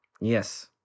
Yes